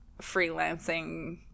freelancing